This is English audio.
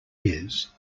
years